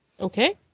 Okay